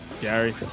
Gary